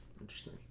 Interesting